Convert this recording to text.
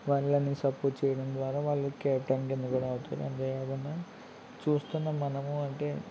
వాళ్ళని సపోర్ట్ చేయడం ద్వారా వాళ్ళు కెప్టెన్ కింద కూడా అవుతారు అంతేకాకుండా చూస్తున్న మనము అంటే